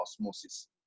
osmosis